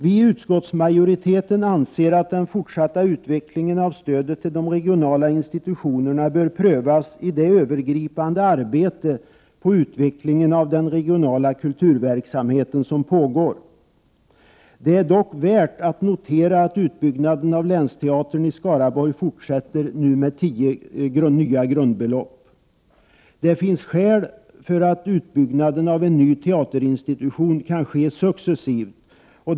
Vi i utskottsmajoriteten anser att den fortsatta utvecklingen av stödet till de regionala institutionerna bör prövas i det övergripande arbete på utvecklingen av den regionala kulturverksamheten som pågår. Det är dock värt att notera att utbyggnaden av länsteatern i Skaraborg fortsätter, nu med tio nya grundbelopp. Det finns skäl för att utbyggnaden av en ny teaterinstitution kan ske successivt.